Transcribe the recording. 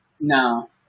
No